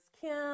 Kim